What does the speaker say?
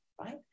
right